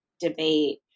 debate